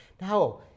Now